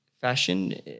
fashion